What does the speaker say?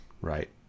right